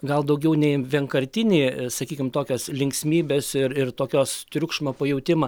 gal daugiau nei vienkartinį sakykim tokios linksmybės ir ir tokios triukšmo pajautimą